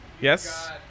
Yes